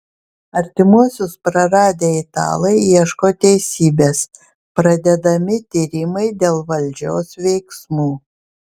artimuosius praradę italai ieško teisybės pradedami tyrimai dėl valdžios veiksmų